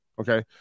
Okay